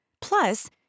plus